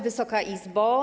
Wysoka Izbo!